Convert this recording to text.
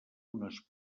unes